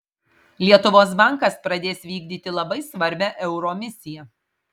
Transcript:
lietuvos bankas pradės vykdyti labai svarbią euro misiją